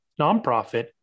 nonprofit